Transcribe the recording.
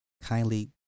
kindly